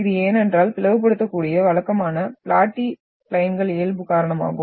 இது ஏனென்றால் பிளவுபடுத்தக்கூடிய வழக்கமான பிளாட்டி ப்ளயின்கள் இயல்பு காரணமாகும்